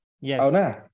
Yes